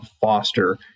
foster